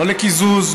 לא לקיזוז,